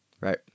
Right